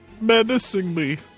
Menacingly